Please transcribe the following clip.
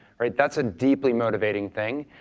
that's a deeply motivating thing.